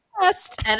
best